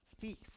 thief